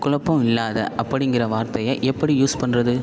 குழப்பம் இல்லாத அப்படிங்கிற வார்த்தையை எப்படி யூஸ் பண்ணுறது